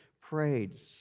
prayed